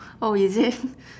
oh is it